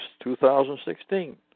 2016